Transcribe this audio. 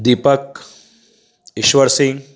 Deepak Ishwar Singh